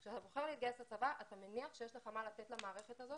אתה מניח שיש לך מה לתת למערכת הזו